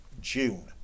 June